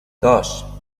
dos